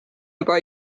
juba